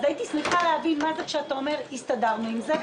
הייתי שמח להבין מה זה כשאתה אומר: הסתדרנו עם זה.